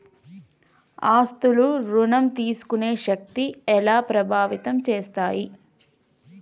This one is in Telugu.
ఆస్తుల ఋణం తీసుకునే శక్తి ఎలా ప్రభావితం చేస్తాయి?